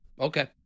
Okay